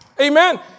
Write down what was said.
Amen